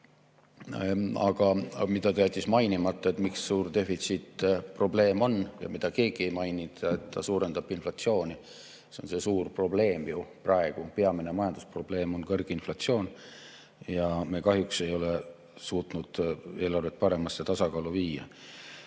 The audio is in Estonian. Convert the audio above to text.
ta jättis mainimata, miks eelarve suur defitsiit probleem on. Keegi teine ka ei maininud, et see suurendab inflatsiooni. Ja see on see suur probleem ju praegu. Peamine majandusprobleem on kõrge inflatsioon. Ja me kahjuks ei ole suutnud eelarvet paremasse tasakaalu viia.